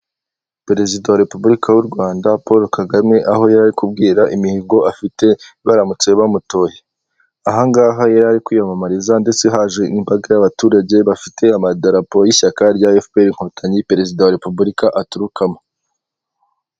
Perezida wa repuburika y'u Rwanda Paul Kagame aho yarari kubwira imihigo afite baramutse bamutoye, ahangaha yarari kwiyamamariza ndetse haje n'imbaga y'abaturage bafite amadarapo y'ishyaka rya efuperi nkotanyi perezida wa repuburika aturukamo.